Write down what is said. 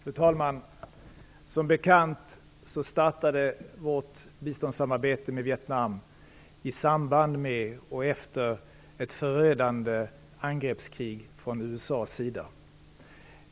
Fru talman! Som bekant startade vårt biståndssamarbete med Vietnam i samband med och efter ett förödande angreppskrig från USA:s sida.